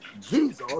Jesus